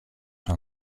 τους